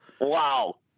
Wow